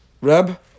Reb